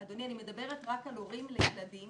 אדוני, אני מדברת רק על הורים לילדים